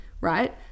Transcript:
right